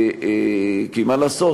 כי מה לעשות,